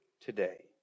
today